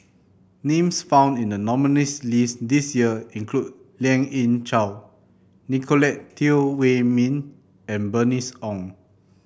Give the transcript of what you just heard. names found in the nominees' list this year include Lien Ying Chow Nicolette Teo Wei Min and Bernice Ong